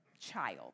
child